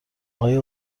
آقای